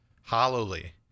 hollowly